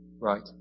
Right